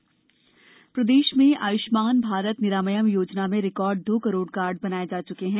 आयुष्मान भारत प्रदेश में आयुष्मान भारत निरामयम योजना में रिकॉर्ड दो करोड़ कार्ड बनाए जा चुके हैं